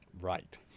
Right